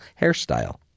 hairstyle